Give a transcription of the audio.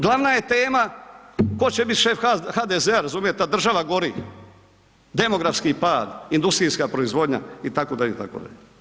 Glavna je tema tko će bit šef HDZ-a razumijete, a država gori, demografski pad, industrijska proizvodnja itd., itd.